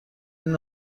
این